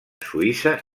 suïssa